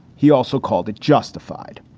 he also called it justified.